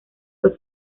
fue